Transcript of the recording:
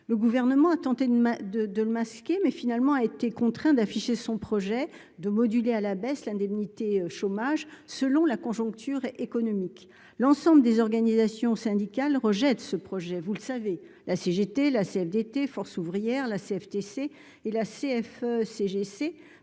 le gouvernement a tenté de ma de de le masquer, mais finalement, a été contraint d'afficher son projet de moduler à la baisse l'indemnité chômage selon la conjoncture économique, l'ensemble des organisations syndicales rejettent ce projet, vous le savez, la CGT, la CFDT, Force ouvrière, la CFTC et la CFE-CGC,